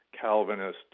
Calvinist